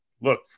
look